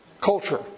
culture